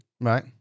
Right